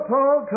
Paul